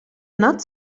not